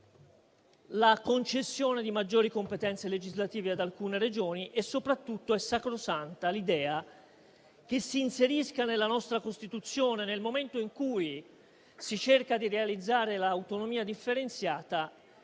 la concessione di maggiori competenze legislative ad alcune Regioni. Soprattutto è sacrosanta l'idea che si inserisca nella nostra Costituzione, nel momento in cui si cerca di realizzare l'autonomia differenziata,